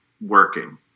working